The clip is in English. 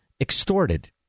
extorted